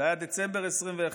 זה היה בדצמבר 2021,